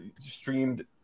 streamed